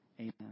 Amen